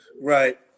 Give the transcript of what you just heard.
Right